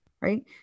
right